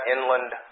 Inland